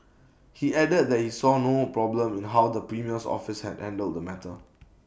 he added that he saw no problem in how the premier's office had handled the matter